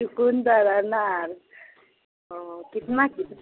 चुकुन्दर अनार वो कितना कितना